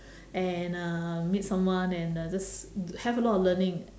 and uh meet someone and uh just have a lot of learning